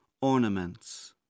Ornaments